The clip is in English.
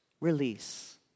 release